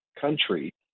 country